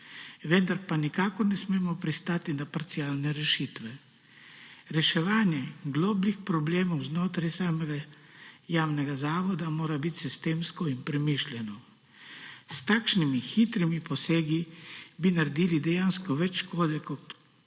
Vendar pa nikakor ne smemo pristati na parcialne rešitve. Reševanje globljih problemov znotraj samega javnega zavoda mora biti sistemsko in premišljeno. S takšnimi hitrimi posegi bi naredili dejansko več škode kot